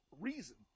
reason